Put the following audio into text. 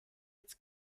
its